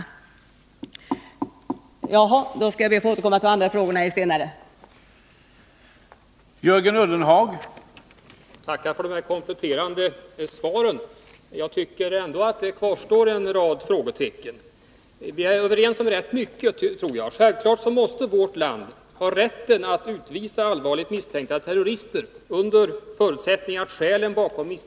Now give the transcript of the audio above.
Eftersom min taletid nu är slut ber jag att få återkomma till de övriga frågorna i ett senare inlägg.